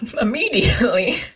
immediately